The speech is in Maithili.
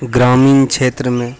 ग्रामीण क्षेत्रमे